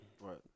Right